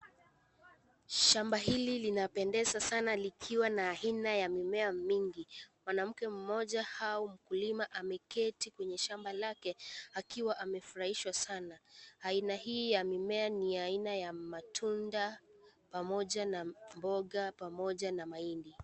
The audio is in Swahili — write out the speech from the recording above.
Shamba hili linapendeza sana likiwa na aina ya mimea mingi, mwanamke mmoja au mkulima ameketi kwenye shamba lake akiwa amefurahishwa sana, aina hii ya mimea ni aina ya matunda pamoja na mboga pamoja na mahindi.